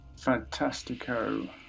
Fantastico